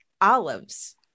olives